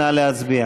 נא להצביע.